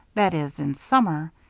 that is, in summer.